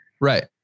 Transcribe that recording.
Right